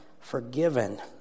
forgiven